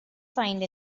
find